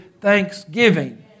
thanksgiving